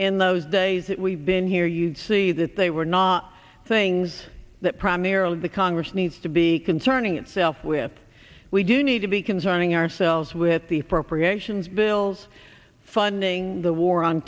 in those days that we've been here you'd see that they were not things that primarily the congress needs to be concerning itself with we do need to be concerning ourselves with the for appreciations bills funding the war on